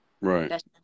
Right